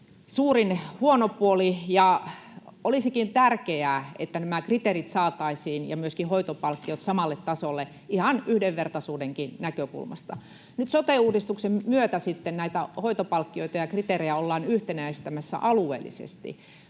suurin huono puoli, ja olisikin tärkeää, että nämä kriteerit ja myöskin hoitopalkkiot saataisiin samalle tasolle ihan yhdenvertaisuudenkin näkökulmasta. Nyt sote-uudistuksen myötä sitten näitä hoitopalkkioita ja kriteerejä ollaan yhtenäistämässä alueellisesti,